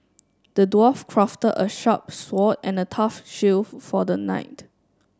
the dwarf crafted a sharp sword and a tough shield for the knight